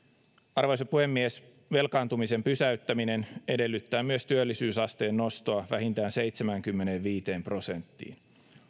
arvoisa puhemies velkaantumisen pysäyttäminen edellyttää myös työllisyysasteen nostoa vähintään seitsemäänkymmeneenviiteen prosenttiin